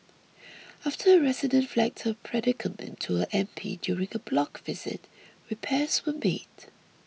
after a resident flagged her predicament to her M P during a block visit repairs were made